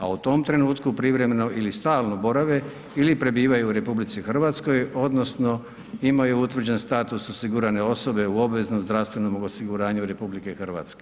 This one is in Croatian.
A o tom trenutku privremeno ili stalno borave ili prebivaju u RH, odnosno, imaju utvrđen status osigurane osobe u obveznom zdravstvenom osiguranju RH.